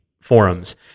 forums